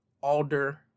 Alder